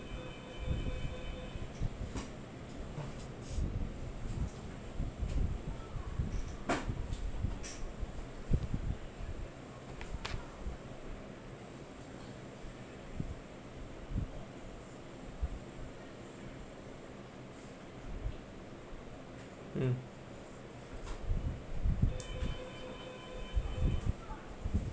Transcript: mm